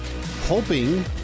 hoping